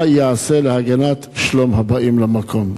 4. מה ייעשה להגנת שלום הבאים למקום?